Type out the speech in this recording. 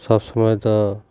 ᱥᱚᱵᱽ ᱥᱚᱢᱚᱭ ᱫᱚ